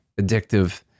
addictive